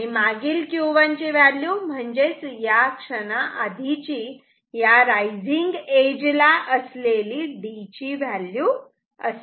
मागील Q1 ची value म्हणजेच या क्षणा आधीची या रायझिंग एज ला असलेली D ची व्हॅल्यू असेल